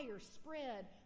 spread